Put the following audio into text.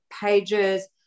pages